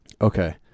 Okay